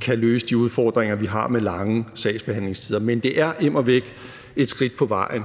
kan løse de udfordringer, vi har med lange sagsbehandlingstider. Men det er immervæk et skridt på vejen.